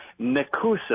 Nakusa